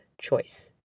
choice